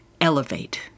elevate